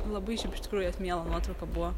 labai šiaip iš tikrųjų jos miela nuotrauka buvo